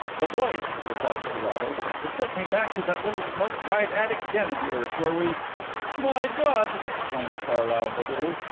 the voice, replied carrados. it took me back to that little smoke-dried attic den of yours where we my god! exclaimed carlyle bitterly,